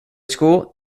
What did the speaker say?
school